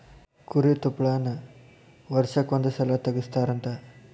ಕುರಿ ತುಪ್ಪಳಾನ ವರ್ಷಕ್ಕ ಒಂದ ಸಲಾ ತಗಸತಾರಂತ